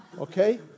Okay